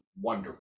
wonderful